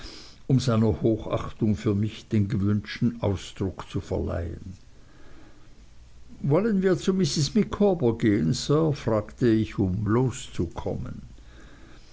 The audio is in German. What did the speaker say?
um seiner hochachtung für mich den gewünschten ausdruck zu verleihen wollen wir zu mrs micawber gehen sir fragte ich um loszukommen